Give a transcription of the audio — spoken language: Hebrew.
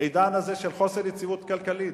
בעידן הזה של חוסר יציבות כלכלית.